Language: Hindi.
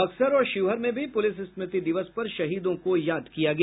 बक्सर और शिवहर में भी पुलिस स्मृति दिवस पर शहीदों को याद किया गया